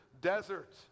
desert